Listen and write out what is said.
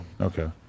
Okay